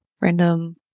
random